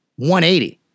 180